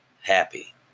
happy